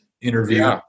interview